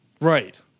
Right